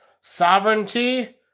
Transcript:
sovereignty